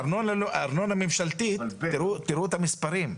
ארנונה ממשלתית, תראו את המספרים.